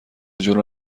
جلو